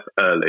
early